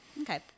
Okay